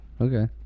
okay